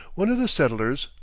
one of the settlers,